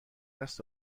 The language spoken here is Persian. دست